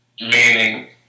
Meaning